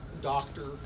doctor